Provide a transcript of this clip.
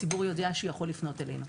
הציבור יודע שהוא יכול לפנות אלינו.